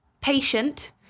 patient